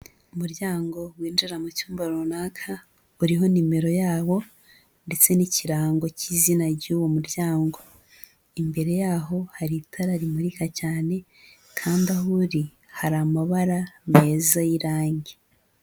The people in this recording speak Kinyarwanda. Umuryango winjira mu cyumba runaka uriho nimero yawo ndetse n'ikirango cy'izina ry'uwo muryango, imbere yawo hari itara rimurika cyane kandi aho uri hari amabara meza y'irangi.